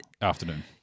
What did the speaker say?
Afternoon